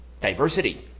diversity